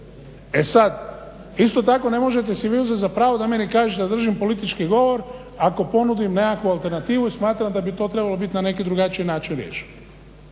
E sad isto tako ne možete si vi uzet za pravo da meni kažete da držim politički govor ako ponudim nekakvu alternativu i smatram da bi to trebalo biti na neki drugačiji način riješeno.